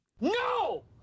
No